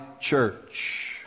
church